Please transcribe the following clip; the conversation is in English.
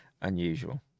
unusual